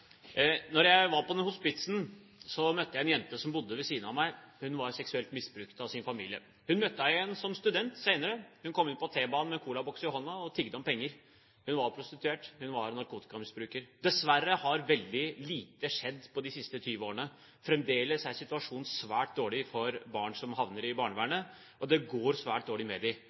jeg var på dette hospitset, møtte jeg ei jente som bodde ved siden av meg. Hun var seksuelt misbrukt av sin familie. Som student møtte jeg henne igjen senere. Hun kom inn på T-banen med en colaboks i hånden og tigget om penger. Hun var prostituert. Hun var narkotikamisbruker. Dessverre har veldig lite skjedd på de siste 20 årene. Fremdeles er situasjonen svært dårlig for barn som havner i barnevernet, og det går svært dårlig med